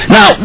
Now